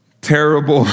terrible